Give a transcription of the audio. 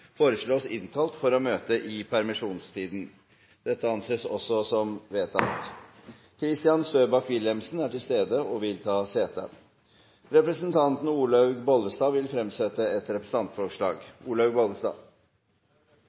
foreslås innkalt for å møte i permisjonstiden. – Det anses vedtatt. Kristian Støback Wilhelmsen er til stede og vil ta sete. Representanten Olaug V. Bollestad vil fremsette et representantforslag.